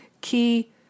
key